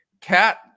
Cat